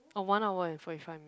oh one hour and forty five minute